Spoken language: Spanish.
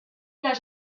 las